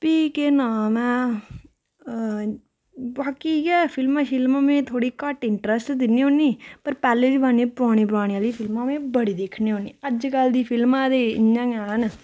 ते फ्ही केह् नांऽ मैं बाकी इयै फिल्मां शिल्मां मैं थोह्ड़ी घट्ट इनट्रैस्ट दिन्नी होन्नीं पर पैह्ले जमाने च पराने पराने आह्लियां फिल्मां मैं बड़ी दिक्खनी होन्नीं अज्जकल दियां फिल्मां ते इयां गै न